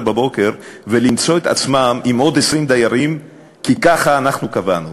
בבוקר ולמצוא את עצמם עם עוד 20 דיירים כי ככה אנחנו קבענו,